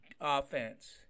offense